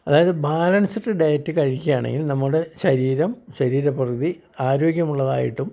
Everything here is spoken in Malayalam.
അതായത് ബാലൻസ്ഡ് ഡയറ്റ് കഴിയ്ക്കാണെങ്കിൽ നമ്മുടെ ശരീരം ശരീരപ്രകൃതി ആരോഗ്യമുള്ളതായിട്ടും